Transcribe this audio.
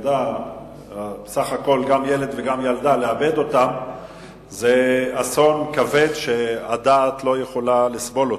ילד וילדה זה אסון כבד שהדעת לא יכולה לסבול אותו.